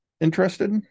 interested